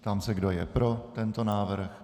Ptám se, kdo je pro tento návrh.